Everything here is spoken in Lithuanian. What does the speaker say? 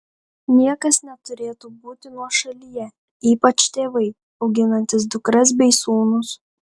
niekas neturėtų būti nuošalyje ypač tėvai auginantys dukras bei sūnus